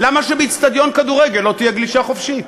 למה שבאצטדיון כדורגל לא תהיה גלישה חופשית?